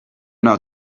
not